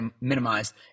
minimized